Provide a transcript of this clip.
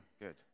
Good